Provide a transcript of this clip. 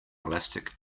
elastic